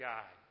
God